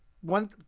one